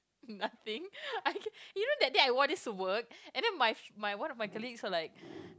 um nothing you know that day I wore this to work and then my f~ one of my colleagues were like